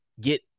get